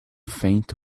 faint